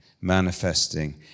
manifesting